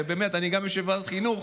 אני גם יושב בוועדת החינוך,